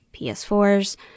PS4s